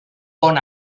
bon